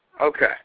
Okay